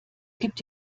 gibt